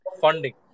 funding